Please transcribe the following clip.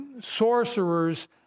sorcerers